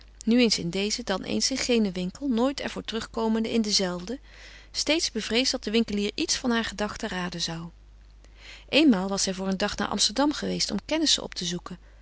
nu eens in dezen dan eens in genen winkel nooit er voor terugkomende in denzelfden steeds bevreesd dat de winkelier iets van haar gedachten raden zou eenmaal was zij voor een dag naar amsterdam geweest om kennissen op te zoeken